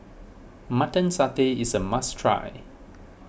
Mutton Satay is a must try